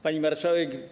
Pani Marszałek!